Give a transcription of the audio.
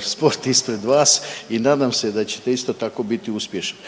sport ispred vas i nadam se da ćete isto tako biti uspješni.